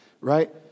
right